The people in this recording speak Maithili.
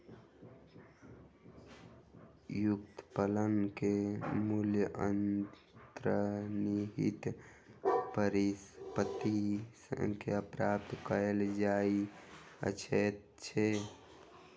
व्युत्पन्न के मूल्य अंतर्निहित परिसंपत्ति सॅ प्राप्त कय जा सकै छै